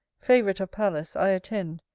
fav'rite of pallas! i attend,